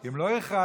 אם לא הכרזתי,